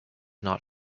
not